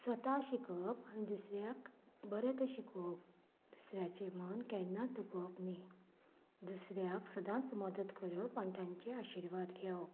स्वता शिकवप आनी दुसऱ्याक बरें तें शिकोवप दुसऱ्याचे मन केन्नाच दुखोवप न्ही दुसऱ्याक सदांच मदत करप आनी तांचे आशिर्वाद घेवप